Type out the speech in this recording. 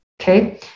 Okay